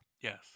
Yes